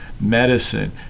medicine